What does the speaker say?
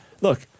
Look